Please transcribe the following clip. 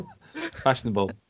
fashionable